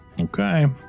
Okay